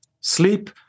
sleep